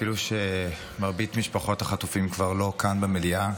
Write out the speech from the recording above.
אפילו שמרבית משפחות החטופים כבר לא כאן במליאה,